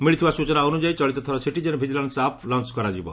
ମିଳିଥିବା ସୂଚନା ଅନୁଯାୟୀ ଚଳିତଥର ସିଟିଜେନ୍ ଭିଜିଲାନ୍ ଆପ୍ ଲଞ କରାଯିବ